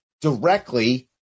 directly